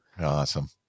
Awesome